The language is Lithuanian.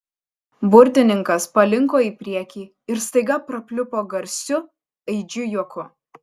burtininkas palinko į priekį ir staiga prapliupo garsiu aidžiu juoku